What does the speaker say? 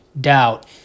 doubt